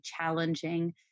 challenging